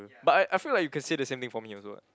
but I I feel like you can say the same thing for me also [what]